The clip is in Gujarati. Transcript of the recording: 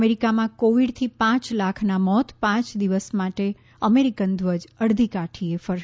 અમેરિકામાં કોવીડથી પાંચ લાખનાં મોત પાંચ દિવસ માટે અમેરિકન ધ્વજ અડધી કાઠીએ ફરકશે